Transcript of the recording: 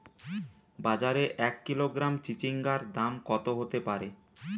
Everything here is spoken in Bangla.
বাজারে এক কিলোগ্রাম চিচিঙ্গার দাম কত হতে পারে?